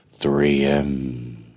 3M